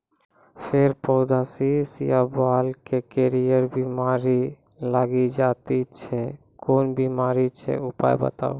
फेर पौधामें शीश या बाल मे करियर बिमारी लागि जाति छै कून बिमारी छियै, उपाय बताऊ?